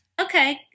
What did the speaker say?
Okay